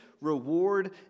reward